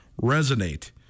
resonate